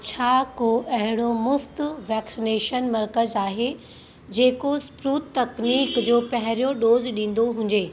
छा को अहिड़ो मुफ़्त वैक्सनेशन मर्कज़ आहे जेको स्प्रूतक्निक जो पहिरियों डोज़ ॾींदो हुंजे